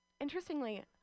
Interestingly